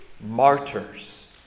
martyrs